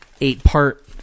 eight-part